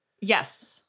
Yes